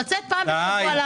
לצאת פעם בשבוע.